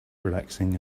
relaxing